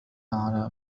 على